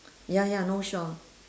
ya ya no shore